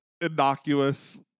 innocuous